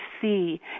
see